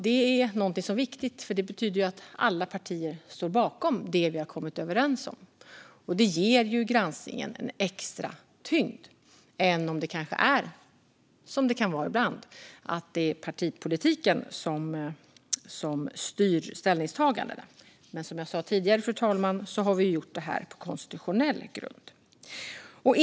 Det är viktigt eftersom det betyder att alla partier står bakom det vi har kommit överens om, och det ger granskningen en extra tyngd än om det är, som det ibland kan vara, partipolitiken som styr ställningstagandena. Men som jag sagt tidigare, fru talman, har vi gjort granskningen på konstitutionella grunder.